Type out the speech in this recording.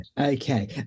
Okay